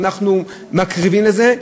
ואנחנו מקריבים על זה,